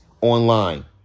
online